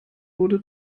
wurde